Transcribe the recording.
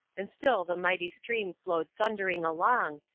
and still the mighty stream flowed thundering along,